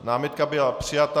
Námitka byla přijata.